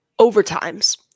overtimes